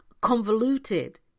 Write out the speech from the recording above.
convoluted